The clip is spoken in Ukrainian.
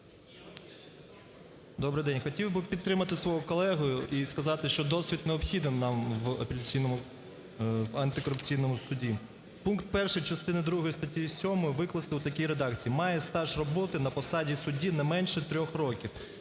Добрий день. Хотів би підтримати свого колегу і сказати, що досвід необхідний нам в апеляційному… в антикорупційному суді. Пункт 1 частини другої статті 7 викласти в такій редакції: "Має стаж роботи на посаді судді не менше трьох років".